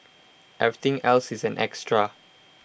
everything else is an extra